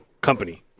company